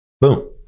Boom